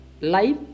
life